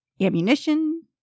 ammunition